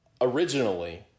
originally